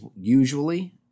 usually